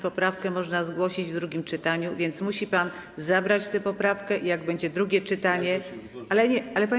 Poprawkę można zgłosić w drugim czytaniu, więc musi pan zabrać tę poprawkę i jak będzie drugie czytanie, ją zgłosić.